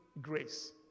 grace